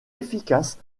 efficace